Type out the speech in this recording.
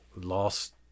lost